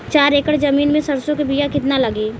चार एकड़ जमीन में सरसों के बीया कितना लागी?